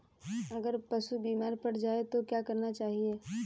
अगर पशु बीमार पड़ जाय तो क्या करना चाहिए?